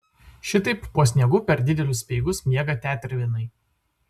šitaip po sniegu per didelius speigus miega tetervinai